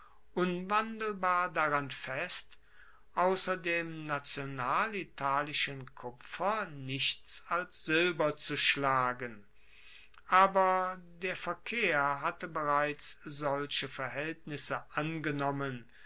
unwandelbar daran fest ausser dem national italischen kupfer nichts als silber zu schlagen aber der verkehr hatte bereits solche verhaeltnisse angenommen